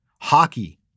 Hockey